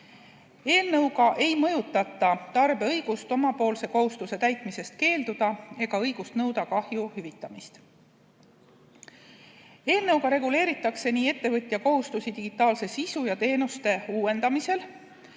Eelnõuga ei mõjutata tarbija õigust omapoolse kohustuse täitmisest keelduda ega õigust nõuda kahju hüvitamist. Eelnõuga reguleeritakse nii ettevõtja kohustusi digitaalse sisu ja teenuste uuendamisel,